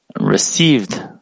received